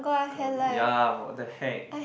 girly ya what the heck